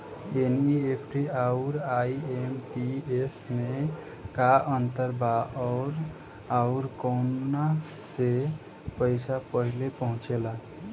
NEFT आउर IMPS मे का अंतर बा और आउर कौना से पैसा पहिले पहुंचेला?